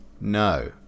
no